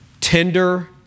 tender